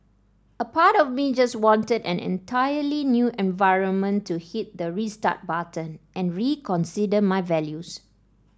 a part of me just wanted an entirely new environment to hit the restart button and reconsider my values